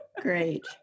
great